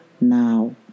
now